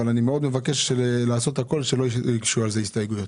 אבל אני מאוד מבקש לעשות הכול שלא יוגשו על זה הסתייגויות.